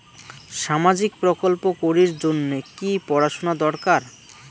সামাজিক প্রকল্প করির জন্যে কি পড়াশুনা দরকার?